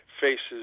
faces